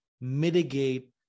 mitigate